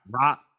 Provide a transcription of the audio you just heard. rock